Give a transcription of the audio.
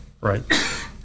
Right